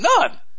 None